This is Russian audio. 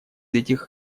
этих